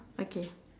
okay